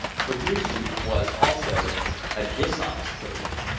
for yoosoof was also a dishonest trader,